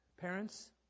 Parents